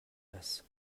basse